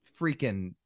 freaking